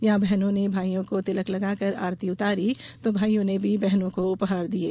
यहां बहनों ने भाईयों को तिलक लगाकर आरती उतारी तो भाईयों ने भी बहनों को उपहार दिये